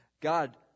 God